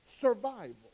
survival